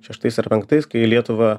šeštais ar penktais kai į lietuvą